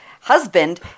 husband